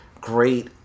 great